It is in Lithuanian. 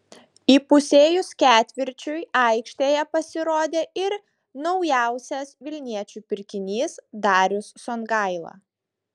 įpusėjus ketvirčiui aikštėje pasirodė ir naujausias vilniečių pirkinys darius songaila